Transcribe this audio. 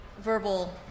verbal